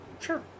Sure